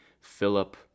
Philip